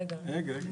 רגע,